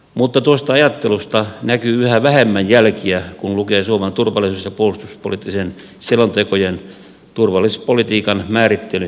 mutta tuosta ajattelusta näkyy yhä vähemmän jälkiä kun lukee suomen turvallisuus ja puolustuspoliittisten selontekojen turvallisuuspolitiikan määrittely yrityksiä